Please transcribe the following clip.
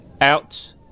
out